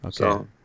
okay